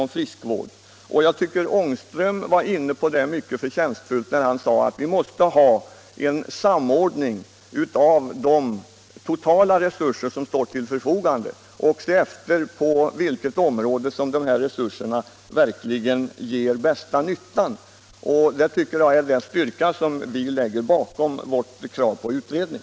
Herr Ångström behandlade frågan om friskvård på ett mycket förtjänstfullt sätt, när han sade att vi måste få en samordning av de totala resurser som står till förfogande. Vi måste se efter på vilka områden dessa resurser verkligen gör bästa nyttan. Det tycker jag är en styrka i vårt krav på utredning.